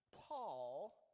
Paul